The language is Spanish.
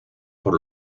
por